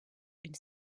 une